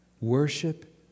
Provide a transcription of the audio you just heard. Worship